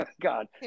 God